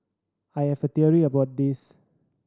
I have a theory about this